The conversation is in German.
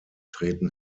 treten